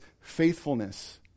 faithfulness